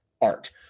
art